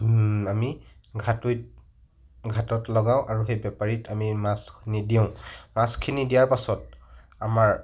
আমি ঘাটৈত ঘাটত লগাওঁ আৰু সেই বেপাৰীক আমি মাছখিনি দিওঁ মাছখিনি দিয়াৰ পাছত আমাৰ